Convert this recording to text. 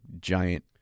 giant